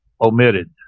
omitted